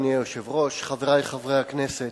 אדוני היושב-ראש, חברי חברי הכנסת,